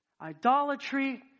idolatry